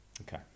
okay